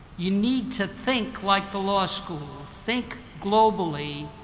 you need to think like the law school, think globally,